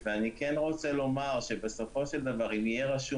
ואני כן רוצה לומר שבסופו של דבר אם יהיה רשום